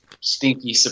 stinky